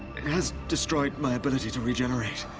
it has destroyed my ability to regenerate.